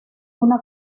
una